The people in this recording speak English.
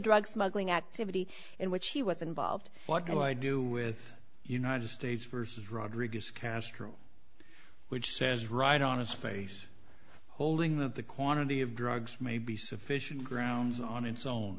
drug smuggling activity in which he was involved what i do with united states versus rodriguez castro which says right on his face holding that the quantity of drugs may be sufficient grounds on its own